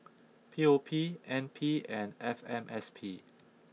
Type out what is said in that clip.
P O P N P and F M S P